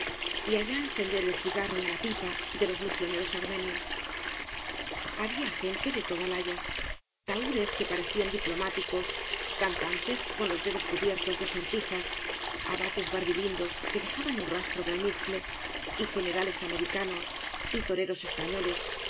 y allá encender el cigarro en la pipa de los misioneros armenios había gente í obras de valle inclan de toda laya tahúres que parecían diplomáticos cantantes con los dedos cubiertos de sortijas abates barbilindos que dejaban un rastro de almizcle y generales americanos y toreros españoles